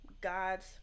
God's